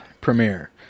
premiere